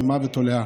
רימה ותולעה,